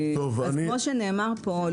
כמו שנאמר פה,